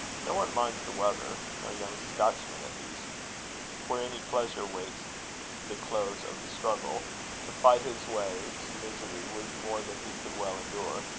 no one minds the weather no young scotchman, at least where any pleasure waits the close of the struggle to fight his way to misery was more than he could well endure.